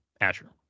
Azure